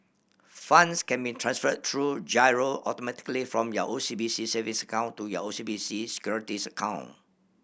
funds can be transferred through giro automatically from your O C B C savings account to your O C B C Securities account